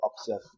observe